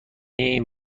این